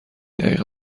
دقیقه